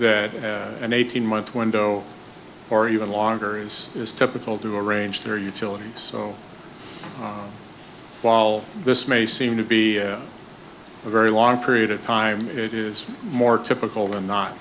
that an eighteen month window or even longer is is typical to arrange their utility so while this may seem to be a very long period of time it is more typical than not